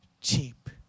cheap